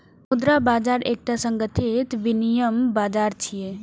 मुद्रा बाजार एकटा संगठित विनियम बाजार छियै